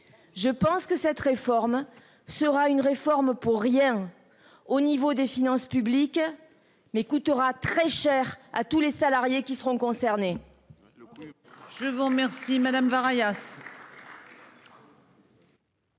Je pense que cette réforme sera une réforme pour rien au niveau des finances publiques mais coûtera très cher à tous les salariés qui seront concernés.